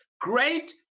great